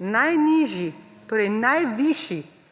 najnižji, torej najvišji